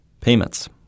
payments